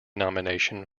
nomination